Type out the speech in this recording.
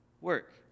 work